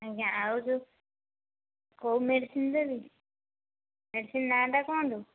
ଆଜ୍ଞା ଆଉ ଯେଉଁ କେଉଁ ମେଡ଼ିସିନ ଦେବି ମେଡ଼ିସିନ ନାଁ ଟା କୁହନ୍ତୁ